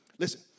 Listen